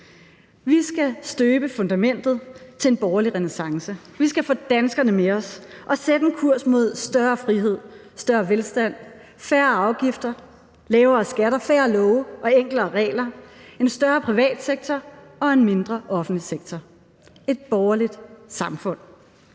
Vi skal støbe fundamentet til en borgerlig renæssance. Vi skal få danskerne med os og sætte en kurs mod større frihed, større velstand, færre afgifter, lavere skatter, færre love og enklere regler, en større privat sektor og en mindre offentlig sektor – et borgerligt samfund.